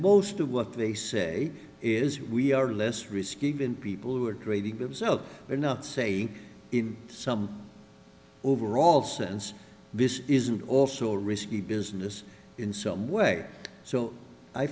most of what they say is we are less risk even people who are trading themselves they're not saying in some overall sense business isn't also risky business in some way so i